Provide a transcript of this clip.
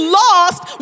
lost